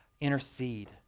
intercede